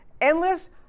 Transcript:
endless